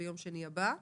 ביום שני הבא.